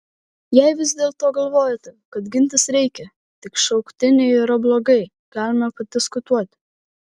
jei vis dėlto galvojate kad gintis reikia tik šauktiniai yra blogai galime padiskutuoti